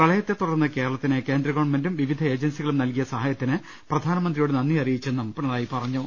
പ്രളയത്തെ തുടർന്ന് കേരളത്തിന് കേന്ദ്ര ഗവൺമെന്റും വിവിധ ഏജൻസികളും നൽകിയ സഹായ ത്തിന് പ്രധാനമന്ത്രിയോട് നന്ദി അറിയിച്ചെന്നും പിണറായി പറഞ്ഞു